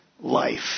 life